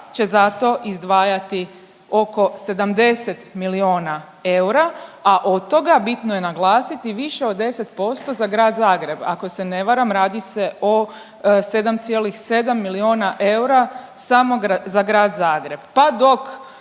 će za to izdvajati oko 70 milijuna eura, a od toga, bitno je naglasiti, više od 10% za Grad Zagreb, ako se ne varam, radi se o 7,7 milijuna eura samo za Grad Zagreb,